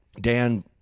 Dan